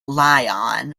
lyon